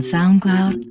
SoundCloud